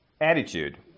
Attitude